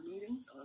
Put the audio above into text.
meetings